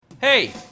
Hey